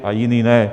A jiný ne.